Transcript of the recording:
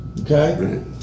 Okay